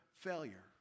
failure